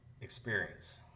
experience